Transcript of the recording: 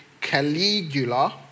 Caligula